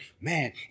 man